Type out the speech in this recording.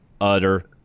utter